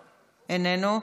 איננו.